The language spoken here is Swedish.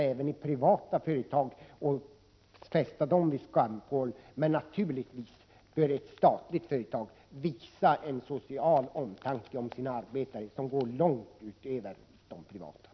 även i privata företag och fästa dem vid skampålen, men naturligtvis bör ett statligt företag visa social omtanke om sina anställda långt utöver vad de privata gör.